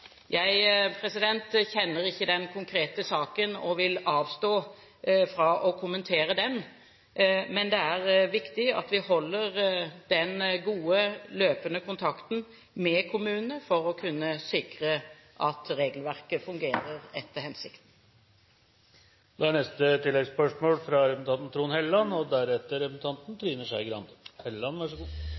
Jeg kjenner ikke den konkrete saken og vil avstå fra å kommentere den. Men det er viktig at vi holder den gode løpende kontakten med kommunene for å kunne sikre at regelverket fungerer etter hensikten. Trond Helleland – til oppfølgingsspørsmål. Dette er vel et av de områdene som vi som jobber med asyl- og